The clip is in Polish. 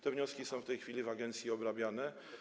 Te wnioski są w tej chwili w agencji obrabiane.